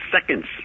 seconds